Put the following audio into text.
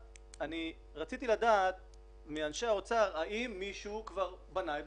רציתי לדעת מאנשי האוצר, האם מישהו כבר בנה מתווה?